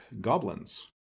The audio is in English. goblins